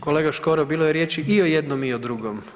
Kolega Škoro bilo je riječi i o jednom i o drugom.